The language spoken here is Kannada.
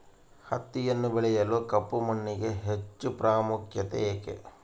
ಹತ್ತಿಯನ್ನು ಬೆಳೆಯಲು ಕಪ್ಪು ಮಣ್ಣಿಗೆ ಹೆಚ್ಚು ಪ್ರಾಮುಖ್ಯತೆ ಏಕೆ?